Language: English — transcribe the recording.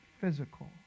physical